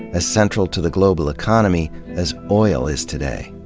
as central to the global economy as oil is today.